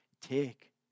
take